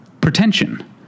pretension